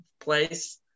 place